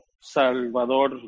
Salvador